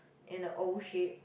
in a O shape